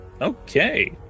Okay